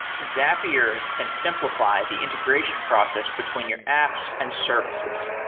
zapier can simplify the integration process between your apps and services.